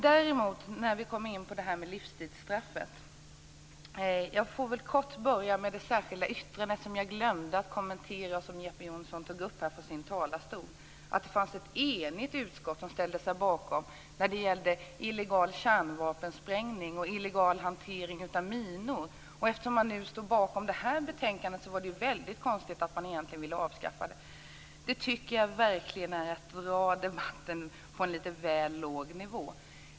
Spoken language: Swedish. Därifrån till livstidsstraffet. Jag får väl kort börja med det särskilda yttrandet, som jag glömde att kommentera men som Jeppe Johnsson tog upp i talarstolen. Det var faktiskt ett enigt utskott som ställde sig bakom när det gällde illegal kärnvapensprängning och illegal hantering av minor. Eftersom man stod bakom det här betänkandet var det väldigt konstigt att man egentligen ville avskaffa det. Det tycker jag verkligen är att dra debatten på en lite väl låg nivå.